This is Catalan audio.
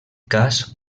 cas